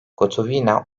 gotovina